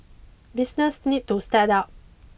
business need to step up